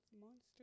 monster